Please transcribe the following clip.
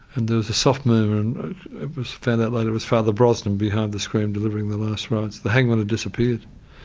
and there was a soft murmur, and i found out later it was father brosnan behind the screen delivering the last rites. the hangman had disappeared.